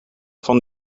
van